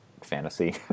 fantasy